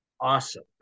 awesome